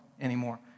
anymore